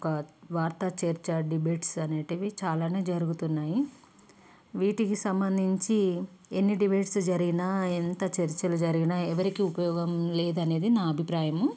ఒక వార్తా చర్చ డిబేట్స్ అనేటివి చాలానే జరుగుతున్నాయి వీటికి సంబంధించి ఎన్ని డిబేట్స్ జరిగినా ఎంత చర్చలు జరిగినా ఎవరికి ఉపయోగం లేదనేది నా అభిప్రాయము